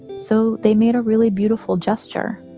so they made a really beautiful gesture.